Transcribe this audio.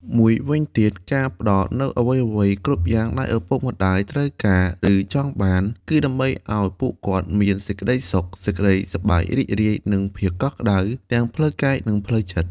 មួយវិញទៀត ការផ្តល់នូវអ្វីៗគ្រប់យ៉ាងដែលឪពុកម្តាយត្រូវការ ឬចង់បាន គឺដើម្បីឲ្យពួកគាត់មានសេចក្តីសុខ សេចក្តីសប្បាយរីករាយ និងភាពកក់ក្តៅទាំងផ្លូវកាយនិងផ្លូវចិត្ត។